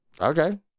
Okay